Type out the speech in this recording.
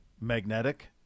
magnetic